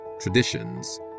traditions